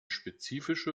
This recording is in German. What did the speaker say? spezifische